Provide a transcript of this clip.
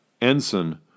Ensign